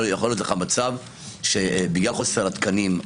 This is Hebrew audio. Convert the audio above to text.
יכול להיות מצב שבגלל חוסר התקנים,